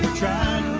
try